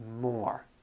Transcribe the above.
more